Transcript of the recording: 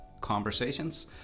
Conversations